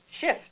shift